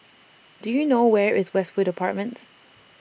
Do YOU know Where IS Westwood Apartments